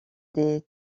des